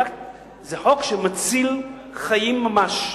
זה חוק שמציל חיים ממש.